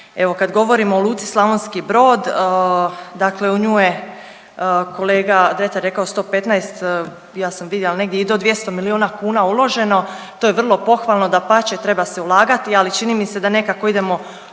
Evo, kad govorimo o Luci Slavonski Brod, dakle u nju je kolega Dretar rekao 115, ja sam vidjela negdje i do 200 milijuna kuna uloženo. To je vrlo pohvalno, dapače, treba se ulagati, ali čini mi se da nekako idemo obrnutim